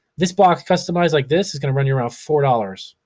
this box customized like this is gonna run you around four dollars.